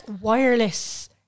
wireless